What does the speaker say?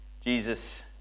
jesus